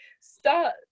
start